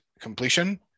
completion